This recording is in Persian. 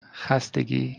خستگی